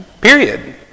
period